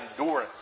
endurance